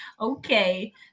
Okay